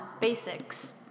basics